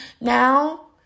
now